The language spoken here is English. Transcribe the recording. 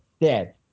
Dead